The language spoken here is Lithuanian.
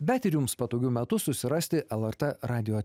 bet ir jums patogiu metu susirasti lrt radijo